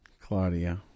Claudia